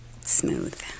Smooth